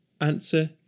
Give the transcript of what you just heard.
Answer